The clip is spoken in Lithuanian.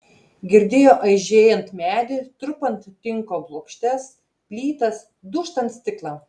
girdėjo aižėjant medį trupant tinko plokštes plytas dūžtant stiklą